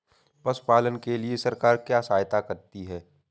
पशु पालन के लिए सरकार क्या सहायता करती है?